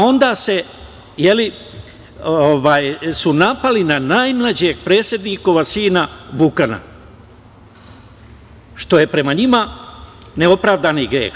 Onda su napali na najmlađeg predsednikovog sina Vukana, što je prema njima neopravdani greh.